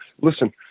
Listen